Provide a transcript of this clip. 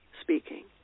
speaking